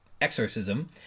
exorcism